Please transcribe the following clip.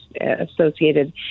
associated